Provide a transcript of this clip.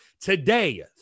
Today